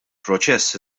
proċess